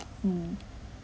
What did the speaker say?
hmm